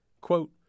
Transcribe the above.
Quote